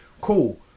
Cool